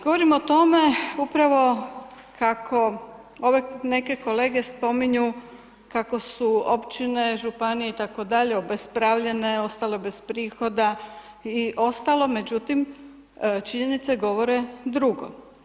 Govorim o tome upravo kako ove neke kolege spominju, kako su općine i županije itd. obespravljene, ostale bez prihoda i ostalo, međutim, činjenice govore drugo.